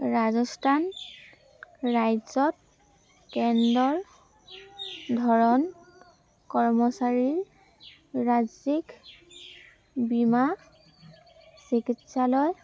ৰাজস্থান ৰাজ্যত কেন্দ্ৰৰ ধৰণ কৰ্মচাৰীৰ ৰাজ্যিক বীমা চিকিৎসালয়